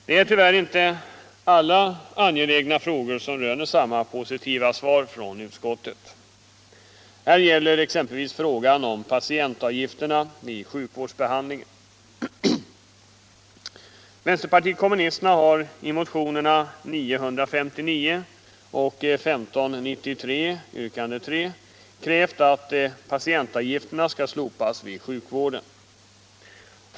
Tyvärr är det inte alla angelägna frågor som röner samma positiva svar från utskottet. Detta gäller exempelvis frågan om patientavgifterna vid sjukvårdsbehandling. Vpk har i motionerna 959 och 1593 yrkande 3 krävt att patientavgifterna skall slopas vid sjukvården.